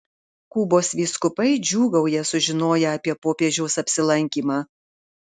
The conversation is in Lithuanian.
kubos vyskupai džiūgauja sužinoję apie popiežiaus apsilankymą